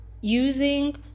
using